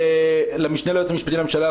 למשנה ליועץ המשפטי לממשלה,